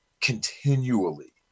continually